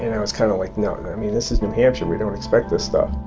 and i was kind of like, no and um yeah this is new hampshire we don't expect this stuff